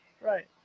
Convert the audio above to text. Right